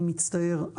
אני מצטער,